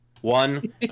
one